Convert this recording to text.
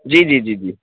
جی جی جی جی